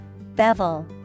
Bevel